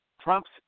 Trump's